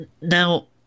Now